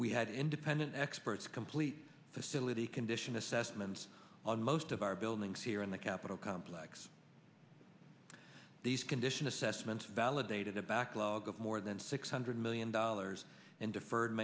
we had independent experts complete facility condition assessments on most of our buildings here in the capitol complex these condition assessments validated a backlog of more than six hundred million dollars and deferred